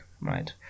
Right